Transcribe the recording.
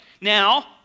Now